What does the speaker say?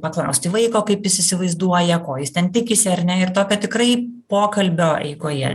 paklausti vaiko kaip jis įsivaizduoja ko jis ten tikisi ar ne ir tokio tikrai pokalbio eigoje